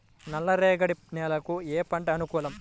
నల్ల రేగడి నేలలు ఏ పంటకు అనుకూలం?